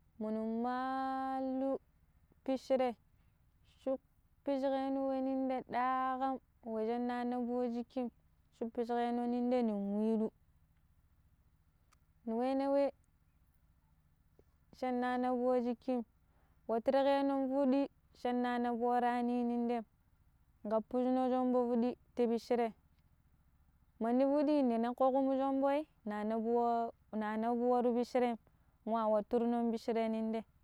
Munu maalu pishire shupujugeno ninya daƙam we jen na nabu wey jikin shupujugeno nin de nin walu ni walu we shupujugeno wey jikin wey tire ƙenon piddi sha na nabu waranin nin dei gappuno shombo piddi ti bishire mandi piddi ne nako kumo shomboi na nabu wa na nabu waro pishiriem ma waturom nun bishere nin dei